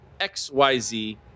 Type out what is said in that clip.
XYZ